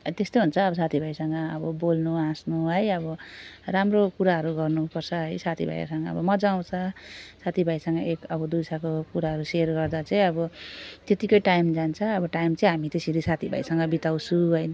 त्यस्तै हुन्छ अब साथीभाइसँग अब बोल्नु हाँस्नु है अब राम्रो कुराहरू गर्नुपर्छ है साथीभाइहरूसँग अब मज्जा आउँछ साथीभाइसँग एक अब दुसराको कुराहरू सेयर गर्दा चाहिँ अब त्यतिकै टाइम जान्छ अब टाइम चाहिँ हामी त्यसरी साथीभाइसँग बिताउँछु